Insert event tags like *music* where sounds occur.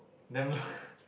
damn *breath*